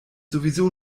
sowieso